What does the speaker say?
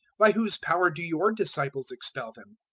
by whose power do your disciples expel them?